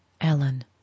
Ellen